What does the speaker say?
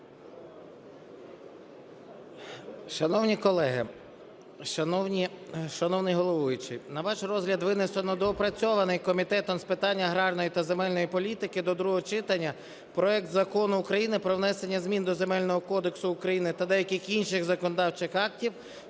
Шановні колеги, шановний головуючий, на ваш розгляд винесено доопрацьований Комітетом з питань аграрної та земельної політики до другого читання проект Закону про внесення змін до Земельного кодексу України та деяких інших законодавчих актів